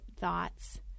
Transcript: thoughts